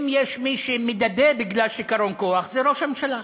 אם יש מי שמדדה בגלל שיכרון כוח, זה ראש הממשלה.